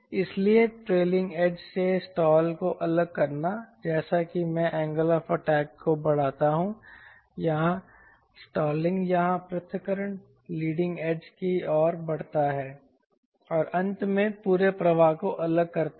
इसलिए trailing edge से stall को अलग करना जैसा कि मैं एंगल ऑफ़ अटैक को बढ़ाता हूं यह स्टॉलिंग या पृथक्करण लीडिंग एज की ओर बढ़ता है और अंत में पूरे प्रवाह को अलग करता है